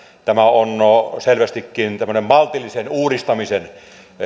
tämä on selvästikin tämmöinen maltillisen uudistamisen